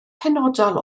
penodol